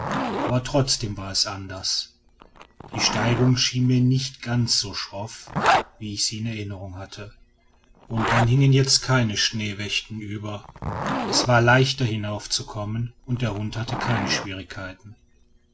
aber trotzdem war es anders die steigung schien mir nicht ganz so schroff wie ich sie in der erinnerung hatte und dann hingen jetzt keine schneewächten über es war leichter hinaufzukommen und der hund hatte keine schwierigkeiten